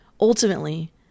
Ultimately